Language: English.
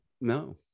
No